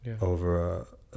over